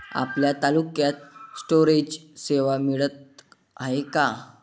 आपल्या तालुक्यात स्टोरेज सेवा मिळत हाये का?